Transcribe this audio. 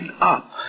up